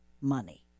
money